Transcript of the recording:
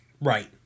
Right